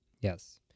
Yes